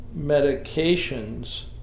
medications